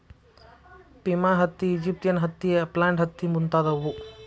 Pima ಹತ್ತಿ, Egyptian ಹತ್ತಿ, upland ಹತ್ತಿ ಮುಂತಾದವು